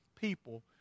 people